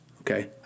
Okay